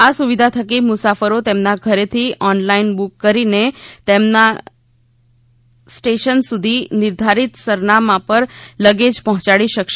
આ સુવિધા થકી મુસાફરો તેમના ઘરેથી ઓનલાઈન બુક કરીને તેમના ગંતવ્ય સ્ટેશન સુધી નિર્ધારિત સરનામાં પર લગેજ પહોંચાડી શકશે